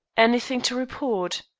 anything to report?